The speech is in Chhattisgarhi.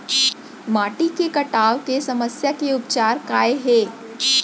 माटी के कटाव के समस्या के उपचार काय हे?